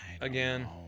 again